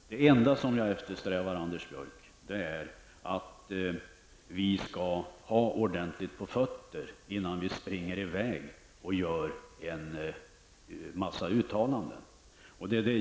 Det enda jag eftersträvar, Anders Biörck, är att vi skall ha ordentligt på fötterna innan vi gör en massa uttalanden.